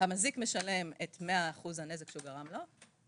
המזיק משלם את 100 אחוזי הנזק שהוא גרם לו,